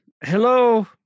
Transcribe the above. Hello